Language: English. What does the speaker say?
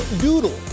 doodle